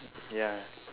ya